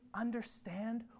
understand